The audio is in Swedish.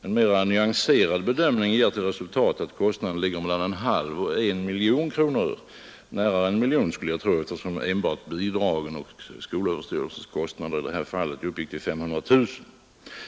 En mera nyanserad bedömning ger till resultat att kostnaden är mellan en halv och en miljon kronor; närmare en miljon skulle jag tro, eftersom enbart bidrag och skolöverstyrelsens kostnader i det här fallet uppgick till 500 000 kronor.